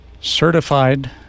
certified